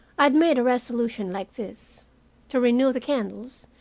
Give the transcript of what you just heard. i had made a resolution like this to renew the candles,